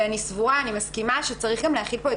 ואני סבורה ומסכימה שצריך גם להחיל פה את